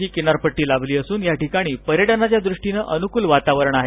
ची किनारपट्टी लाभली असून याठिकाणी पर्यटनाच्यादृष्टीने अनुकूल वातावरण आहे